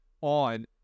on